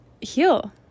heal